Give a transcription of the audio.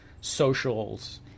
socials